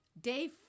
day